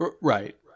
Right